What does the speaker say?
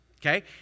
Okay